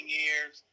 years